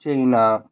China